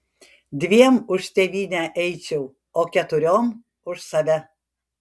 dviem už tėvynę eičiau o keturiom už save